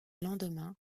lendemain